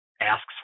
asks